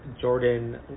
Jordan